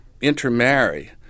intermarry